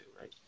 right